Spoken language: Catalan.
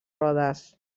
rodes